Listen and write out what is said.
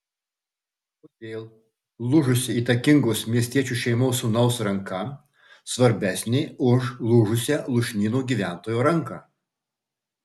kodėl lūžusi įtakingos miestiečių šeimos sūnaus ranka svarbesnė už lūžusią lūšnyno gyventojo ranką